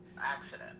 accident